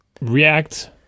react